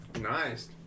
Nice